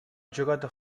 giocato